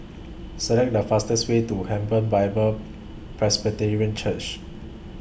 Select The fastest Way to Hebron Bible Presbyterian Church